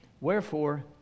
Wherefore